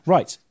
Right